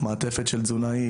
מעטפת של תזונאי,